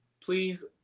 please